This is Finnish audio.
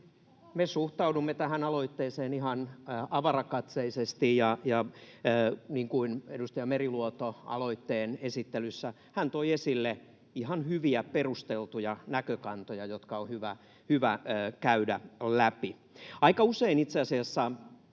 Me suhtaudumme tähän aloitteeseen ihan avarakatseisesti, ja edustaja Meriluoto aloitteen esittelyssä toi esille ihan hyviä, perusteltuja näkökantoja, jotka on hyvä käydä läpi. Aika usein itse asiassa,